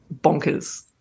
bonkers